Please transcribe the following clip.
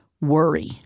worry